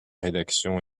rédaction